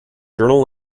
journal